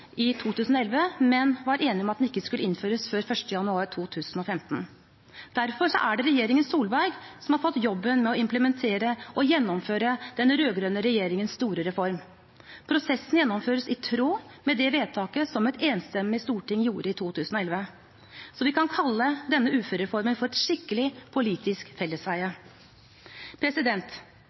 i 2011, men var enig om at den ikke skulle innføres før 1. januar 2015. Derfor er det regjeringen Solberg som har fått jobben med å implementere og gjennomføre den rød-grønne regjeringens store reform. Prosessen gjennomføres i tråd med det vedtaket som et enstemmig storting gjorde i 2011, så vi kan kalle denne uførereformen for et skikkelig politisk